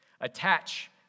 Attach